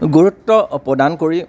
গুৰুত্ব প্ৰদান কৰি